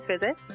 visit